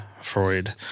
Freud